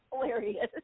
hilarious